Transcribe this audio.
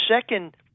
second